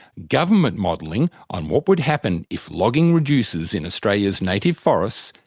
government modelling on what would happen if logging reduces in australia's native forests,